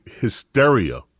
hysteria